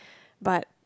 but